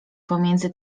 pomiędzy